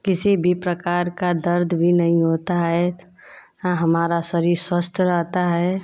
किसी भी प्रकार का दर्द भी नहीं होता है हाँ हमारा शरीर स्वस्थ रहता है